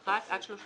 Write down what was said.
התשמ"א-1981 עד 31